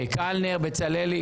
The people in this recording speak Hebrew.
קלנר, בצלאל,